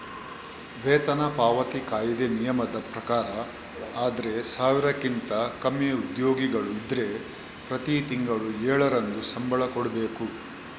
ವೇತನ ಪಾವತಿ ಕಾಯಿದೆ ನಿಯಮದ ಪ್ರಕಾರ ಆದ್ರೆ ಸಾವಿರಕ್ಕಿಂತ ಕಮ್ಮಿ ಉದ್ಯೋಗಿಗಳು ಇದ್ರೆ ಪ್ರತಿ ತಿಂಗಳು ಏಳರಂದು ಸಂಬಳ ಕೊಡ್ಬೇಕು